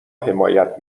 حمایت